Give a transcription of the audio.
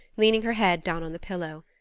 leaning her head down on the pillow.